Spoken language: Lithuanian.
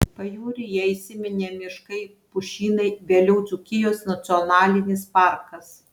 pajūryje įsiminė miškai pušynai vėliau dzūkijos nacionalinis parkas